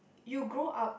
you grow up